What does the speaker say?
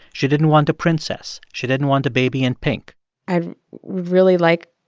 she didn't want a princess. she didn't want a baby in pink i'd really like